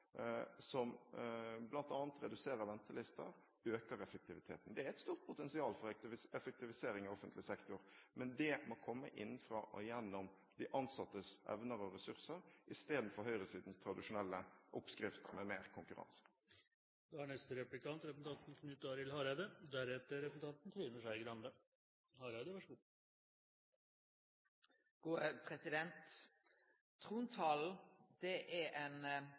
som bl.a. reduserer ventelister og øker effektiviteten. Det er et stort potensial for effektivisering av offentlig sektor, men det må komme innenfra og gjennom de ansattes evner og ressurser, i stedet for høyresidens tradisjonelle oppskrift med mer konkurranse. Trontalen er ein tale der regjeringa kan snakke om sine visjonar, mål og ikkje minst sine prioriteringar. Det me ser regjeringa seier om asyl- og innvandringsfeltet, er